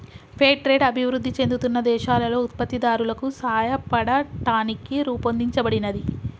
fair trade అభివృద్ధి చెందుతున్న దేశాలలో ఉత్పత్తిదారులకు సాయపడటానికి రూపొందించబడినది